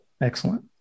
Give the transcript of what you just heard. Excellent